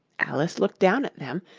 alice looked down at them,